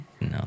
No